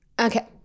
Okay